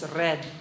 red